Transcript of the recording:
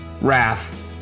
wrath